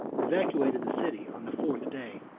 evacuated the city on the fourth day.